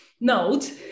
note